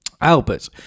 Albert